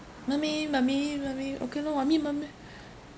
mummy mummy mummy okay lor mummy mummy